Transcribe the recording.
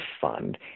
fund